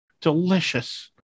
delicious